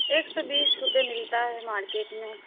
ایک سو بیس روپئے ملتا ہے مارکیٹ میں